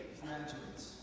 graduates